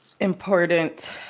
important